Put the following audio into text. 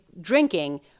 drinking